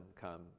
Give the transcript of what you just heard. come